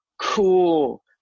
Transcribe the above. cool